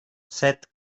set